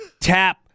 tap